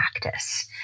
practice